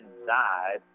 inside